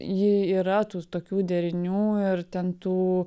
ji yra tų tokių derinių ir ten tų